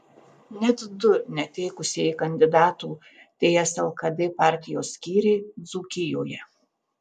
net du neteikusieji kandidatų ts lkd partijos skyriai dzūkijoje